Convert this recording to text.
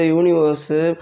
universe